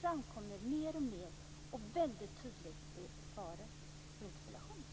framkommer mer och mer, och det är väldigt tydligt i svaret på interpellationen.